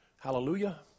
Hallelujah